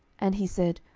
and he said,